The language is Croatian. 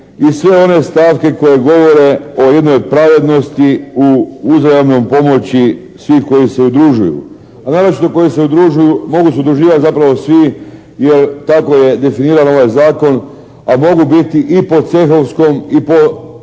i sve one stavke koje govore o jednoj pravednosti u uzajamnoj pomoći svih koji se udružuju, a naročito koji se udružuju, mogu se udruživati zapravo svi jer tako je definiran ovaj zakon, a mogu biti i pod cehovskom i po